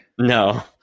No